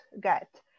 get